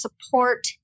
support